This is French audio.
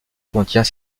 contient